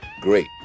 great